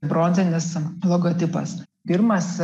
bronzinis logotipas pirmas